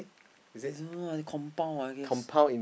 I don't know ah they compound I guess